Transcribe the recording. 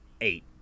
eight